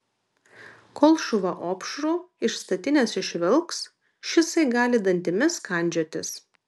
kol šuva opšrų iš statinės išvilks šisai gali dantimis kandžiotis